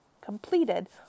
completed